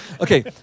Okay